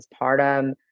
postpartum